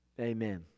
Amen